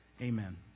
Amen